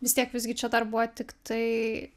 vis tiek visgi čia dar buvo tiktai